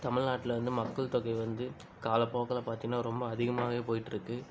தமிழ்நாட்டில வந்து மக்கள் தொகை வந்து கால போக்கில் பார்த்தின்னா ரொம்ப அதிகமாகவே போயிட்டுருக்கு